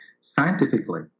scientifically